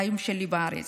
החיים שלי בארץ.